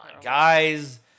Guys